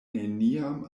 neniam